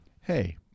hey